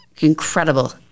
incredible